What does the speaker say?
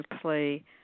play